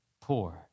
poor